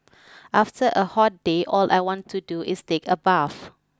after a hot day all I want to do is take a bath